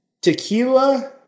tequila